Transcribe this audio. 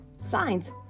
signs